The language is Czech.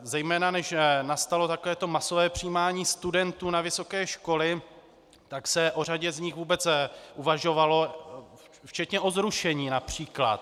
Zejména než nastalo takové to masové přijímání studentů na vysoké školy, tak se o řadě z nich vůbec uvažovalo včetně o zrušení například.